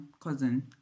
cousin